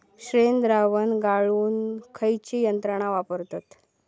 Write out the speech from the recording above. शेणद्रावण गाळूक खयची यंत्रणा वापरतत?